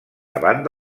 davant